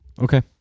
okay